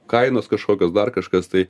kainos kažkokios dar kažkas tai